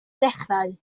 dechrau